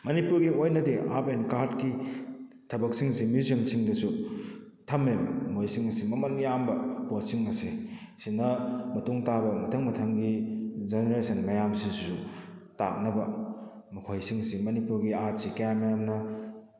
ꯃꯅꯤꯄꯨꯔꯒꯤ ꯑꯣꯏꯅꯗꯤ ꯑꯥꯔꯐ ꯑꯦꯟ ꯀ꯭ꯔꯐꯀꯤ ꯊꯕꯛꯁꯤꯡꯁꯤ ꯃ꯭ꯌꯨꯖꯤꯌꯝꯁꯤꯡꯗꯁꯨ ꯊꯝꯃꯦꯕ ꯃꯣꯏꯁꯤꯡ ꯑꯁꯤ ꯃꯃꯜ ꯌꯥꯝꯕ ꯄꯣꯠꯁꯤꯡ ꯑꯁꯦ ꯁꯤꯅ ꯃꯇꯨꯡ ꯇꯥꯕ ꯃꯊꯪ ꯃꯊꯪꯒꯤ ꯖꯅꯦꯔꯦꯁꯟ ꯃꯌꯥꯝꯁꯤꯁꯨ ꯇꯥꯛꯅꯕ ꯃꯈꯣꯏꯁꯤꯡꯁꯤ ꯃꯅꯤꯄꯨꯔꯒꯤ ꯑꯥꯔꯠꯁꯤ ꯀꯌꯥꯝ ꯌꯥꯝꯅ